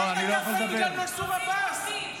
לא תקפתם בגלל מנסור עבאס.